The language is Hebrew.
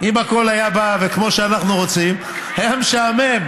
אם הכול היה בא כמו שאנחנו רוצים, היה משעמם.